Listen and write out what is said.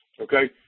Okay